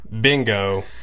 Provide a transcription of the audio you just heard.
Bingo